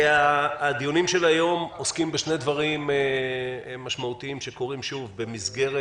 הדיונים של היום עוסקים בשני דברים משמעותיים שקורים במסגרת